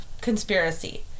conspiracy